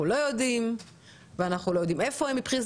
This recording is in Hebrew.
אנחנו לא יודעים ואנחנו לא יודעים היכן הן ממוקמות